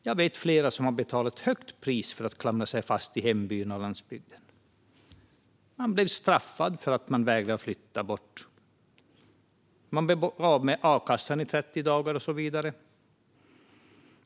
Jag vet flera som har betalat ett högt pris för att klamra sig fast i hembyn och landsbygden. Man blev straffad för att man vägrade att flytta - man blev av med a-kassan i 30 dagar och så vidare.